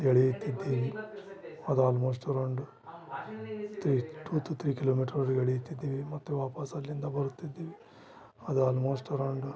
ಎಳೆಯುತ್ತಿದ್ದೀವಿ ಅದು almost around three to to three kilometre ವರೆಗೆ ಎಳೆಯುತಿದ್ದೀವಿ ಮತ್ತು ವಾಪಸ್ ಅಲ್ಲಿಂದ ಬರುತ್ತಿದ್ದೀವಿ ಅದು ಅಲ್ಮೊಸ್ಟ್ ಅರೌಂಡ್